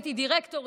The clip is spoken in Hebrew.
הייתי דירקטורית.